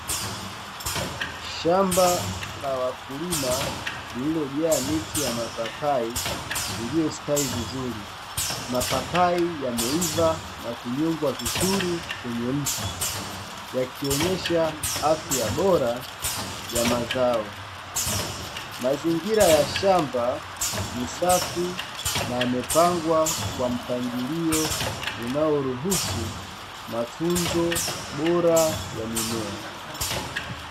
Shamba la wakulima lililojaa miti ya mapapai iliyostawi vizuri, mapapai yameivaa na kunyongwa vizuri kwenye mti yakionyesha afya bora ya mazao. Mazingira ya shamba ni safi na yamepangwa kwa mpangilio unao ruhusu matunzo bora ya mimea.